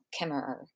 Kimmerer